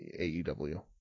AEW